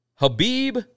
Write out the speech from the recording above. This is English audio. Habib